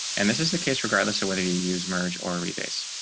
and this is the case, regardless of whether you use merge or re base.